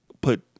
put